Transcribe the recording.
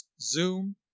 Zoom